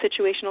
situational